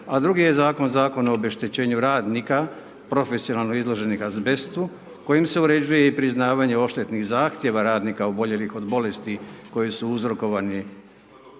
a drugi je zakon Zakon o obeštećenju radnika profesionalno izloženih azbestu kojim se uređuje i priznavanje odštetnih zahtjeva radnika oboljelih od bolesti koje su uzrokovane